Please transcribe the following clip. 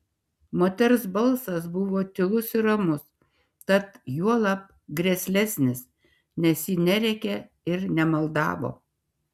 moters balsas buvo tylus ir ramus tad juolab grėslesnis nes ji nerėkė ir nemaldavo